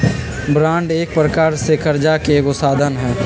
bond एक प्रकार से करजा के एगो साधन हइ